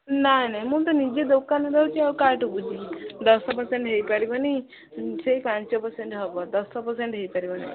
ନାଇ ନାଇ ମୁଁ ତ ନିଜେ ଦୋକାନରେ ରହୁଛି ଆଉ କାହାଠୁ ବୁଝିବି ଦଶ ପର୍ସେଣ୍ଟ୍ ହେଇପାରିବନି ସେଇ ପାଞ୍ଚ ପର୍ସେଣ୍ଟ୍ ହେବ ଦଶ ପର୍ସେଣ୍ଟ୍ ହେଇପାରିବନି